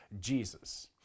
Jesus